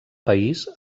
país